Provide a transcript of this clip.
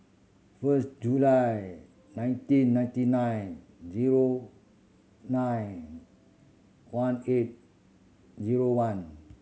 first July ninety ninety nine zero nine one eight zero one